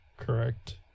correct